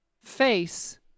face